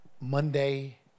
Monday